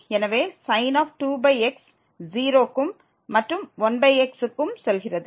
எனவே sin 2x 0 க்கும் மற்றும் 1x க்கும் செல்கிறது